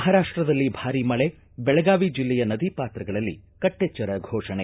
ಮಹಾರಾಷ್ಟದಲ್ಲಿ ಭಾರೀ ಮಳೆ ಬೆಳಗಾವಿ ಜಿಲ್ಲೆಯ ನದಿ ಪಾತ್ರಗಳಲ್ಲಿ ಕಟ್ಟೆಚ್ಚರ ಘೋಷಣೆ